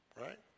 right